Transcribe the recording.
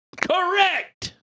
Correct